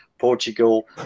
Portugal